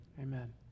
Amen